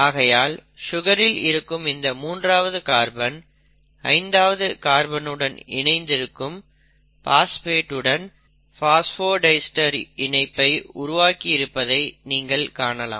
ஆகையால் சுகரில் இருக்கும் இந்த 3 ஆவது கார்பன் 5 ஆவது கார்பன் உடன் இணைந்து இருக்கும் பாஸ்பேட் உடன் பாஸ்போடைஸ்டர் இணைப்பை உருவாக்கி இருப்பதை நீங்கள் காணலாம்